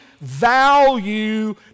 value